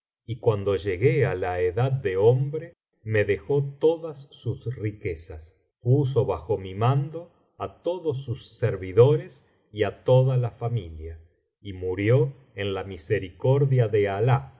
y cuando llegué á la edad de hombre me dejó todas sus riquezas puso bajo mi mando á todos sus servidores y á toda la familia y murió en la misericordia de alali